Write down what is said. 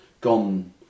gone